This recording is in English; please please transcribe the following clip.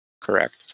Correct